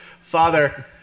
father